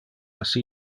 assi